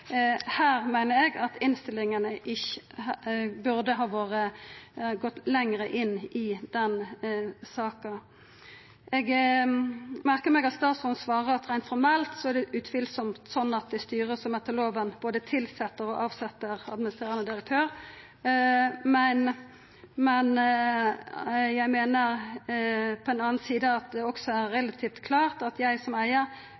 Her meiner eg innstillinga burde gått lenger inn i den saka. Eg merkar meg at statsråden svarer at reint formelt er det utan tvil slik at det er styret som etter lova både tilset og avset administrerande direktør, men: «Jeg mener på den annen side at det også er relativt klart at jeg som eier